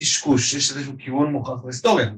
קשקוש, יש לזה כיוון מוכח בהיסטוריה.